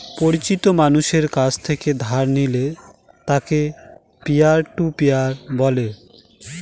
পরিচিত মানষের কাছ থেকে ধার নিলে তাকে পিয়ার টু পিয়ার বলে